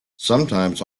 sometimes